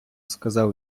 сказав